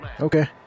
Okay